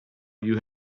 you